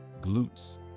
glutes